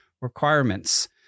requirements